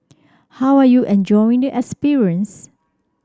how are you enjoying the experience